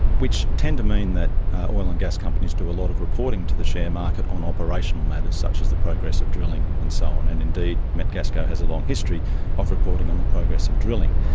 which tend to mean that oil and gas companies do a lot of reporting to the sharemarket on operational matters such as the progress of drilling and so on, and indeed metgasco has a long history of reporting on the progress of drilling.